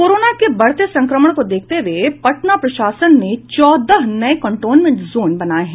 corona के बढ़ते संक्रमण को देखते हुए पटना प्रशासन ने चौदह नए कंटेनमेंट जोन बनाए हैं